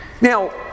Now